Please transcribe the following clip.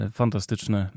fantastyczne